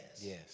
Yes